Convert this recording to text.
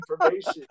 information